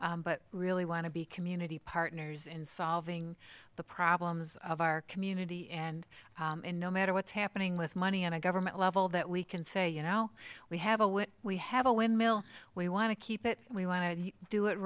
line but really want to be community partners in solving the problems of our community and no matter what's happening with money on a government level that we can say you know we have a what we have a windmill we want to keep it we want to do it